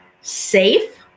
safe